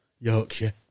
Yorkshire